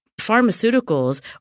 pharmaceuticals